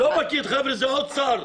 זה האוצר.